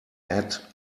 add